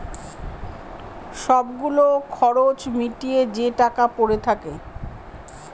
সব গুলো খরচ মিটিয়ে যে টাকা পরে থাকে